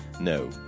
No